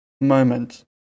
moment